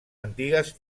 antigues